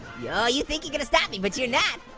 yeah you think you gonna stop me, but you're not!